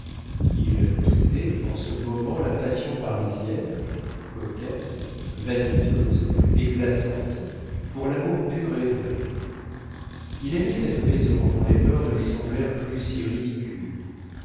il quittait en ce moment la passion parisienne coquette vaniteuse éclatante pour l'amour pur et vrai il aimait cette maison dont les mœurs ne lui semblèrent plus si ridicules